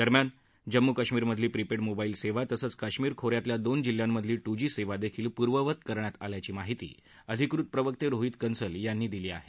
दरम्यान जम्मू कश्मीरमधली prepaid mobile सेवा तसंच काश्मीर खोर्यातल्या दोन जिल्ह्यांमधली टू जी सेवाही पूर्ववत करण्यात आल्याची माहिती अधिकृत प्रवक्ते रोहित कन्सल यांनी दिली आहे